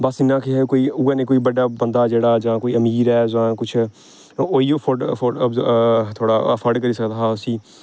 बस इ'यां गै उयै नेहा कोई बड्डा बंदा जेह्ड़ा जां कोई अमीर ऐ जां कुछ ओह् इ'यो अफोर्ड अफोर्ड थोह्ड़ा अफोर्ड करी सकदा हा उसी